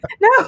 No